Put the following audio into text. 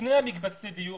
לפני מקצבי הדיור,